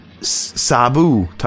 sabu